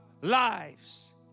lives